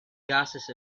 gases